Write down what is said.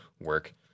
work